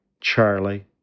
Charlie